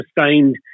sustained